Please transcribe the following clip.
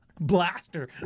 Blaster